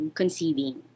conceiving